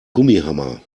gummihammer